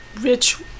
rich